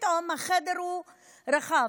ופתאום החדר רחב.